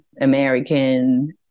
American